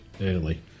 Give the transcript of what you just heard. early